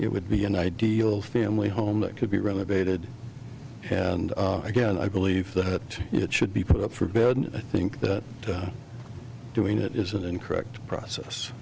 it would be an ideal family home that could be renovated and again i believe that it should be put up for bed and i think that doing that is an incorrect process